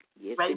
Yes